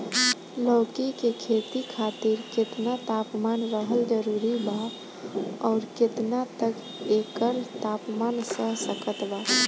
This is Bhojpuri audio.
लौकी के खेती खातिर केतना तापमान रहल जरूरी बा आउर केतना तक एकर तापमान सह सकत बा?